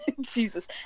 Jesus